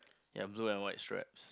ya blue and white stripes